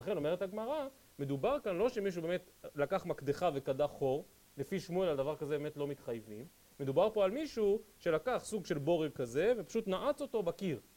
ולכן אומרת הגמרא, מדובר כאן לא שמישהו באמת לקח מקדחה וקדח חור, לפי שמואל על דבר כזה הם באמת לא מתחייבים, מדובר פה על מישהו שלקח סוג של בורג כזה ופשוט נעץ אותו בקיר